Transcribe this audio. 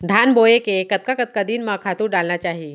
धान बोए के कतका कतका दिन म खातू डालना चाही?